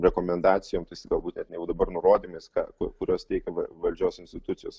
rekomendacijomis galbūt net ne jau dabar nurodymais ką kur kuriuos teikia valdžios institucijos